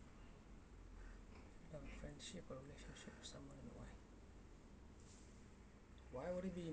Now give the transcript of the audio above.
your friendship or relationship with someone and why why would it be